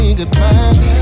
goodbye